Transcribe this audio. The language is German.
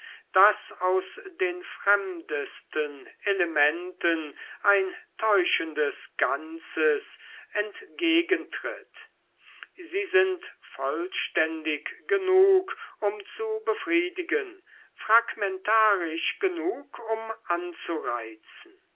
daß aus den fremdesten elementen ein täuschendes ganze entgegentritt sie sind vollständig genug um zu befriedigen fragmentarisch genug um anzureizen